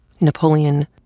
Napoleon